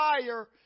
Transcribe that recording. fire